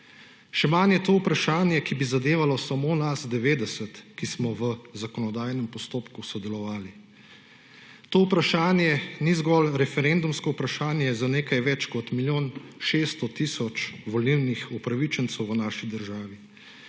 Še manj je to vprašanje, ki bi zadevalo samo nas 90, ki smo v zakonodajnem postopku sodelovali. To vprašanje ni zgolj referendumsko vprašanje za nekaj več kot milijo 600 tisoč volilnih upravičencev v naši državi.